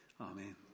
Amen